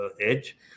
edge